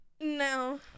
no